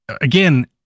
again